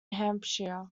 hampshire